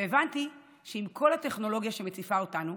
והבנתי שעם כל הטכנולוגיה שמציפה אותנו,